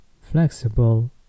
flexible